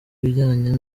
ibijyanye